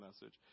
message